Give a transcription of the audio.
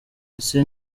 ese